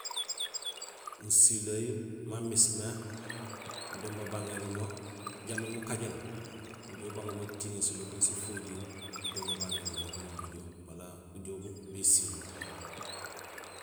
Musileey mamismé do babaŋéri mo jambi mukajéén, nujuhé ubang mo wa tiŋé silokuum sifojiir, do babaŋéri maat mubujo bala ujool bésiil mo